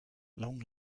long